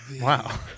Wow